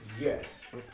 Yes